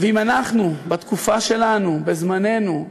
ואם אנחנו, בתקופה שלנו, בזמננו,